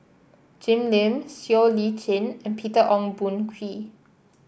Jim Lim Siow Lee Chin and Peter Ong Boon Kwee